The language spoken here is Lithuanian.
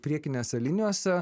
priekinėse linijose